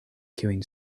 kiujn